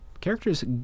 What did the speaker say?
Characters